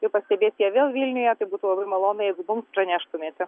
tai pastebės ją vėl vilniuje tai būtų labai malonu jeigu mums praneštumėte